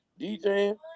DJing